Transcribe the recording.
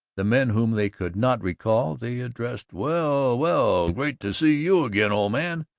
the men whom they could not recall they addressed, well, well, great to see you again, old man.